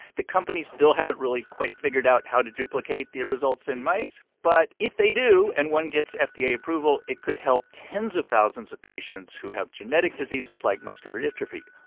the companies still haven't really quite figured out how to duplicate the results in mice. but if they do and one gets fda approval, it could help tens of thousands of patients who have genetic diseases, like muscular dystrophy.